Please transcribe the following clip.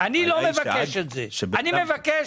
אני לא מבקש את זה, אני מבקש,